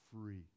free